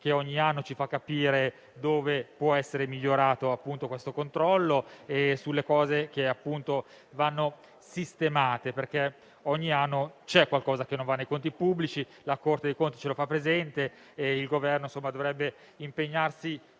che ogni anno ci fa capire dove può essere migliorato il controllo e le cose che vanno sistemate. Ogni anno, infatti, c'è qualcosa che non va nei conti pubblici, la Corte dei conti ce lo fa presente e il Governo dovrebbe impegnarsi